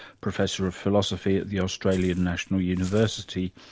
professor of philosophy at the australian national university.